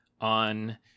on